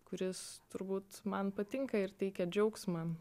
kuris turbūt man patinka ir teikia džiaugsmą